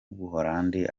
buholandi